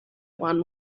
one